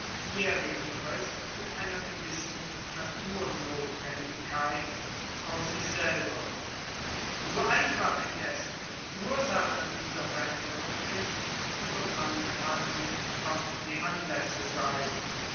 jaehrige frist mit einer gewissen naturnotwendigkeit aus sich selber so einfach indes die ursache dieser veraenderung ist so mannigfaltig konnten die anlaesse sein